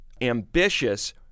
ambitious